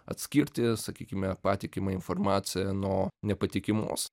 atskirti sakykime patikimą informaciją nuo nepatikimos